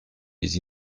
les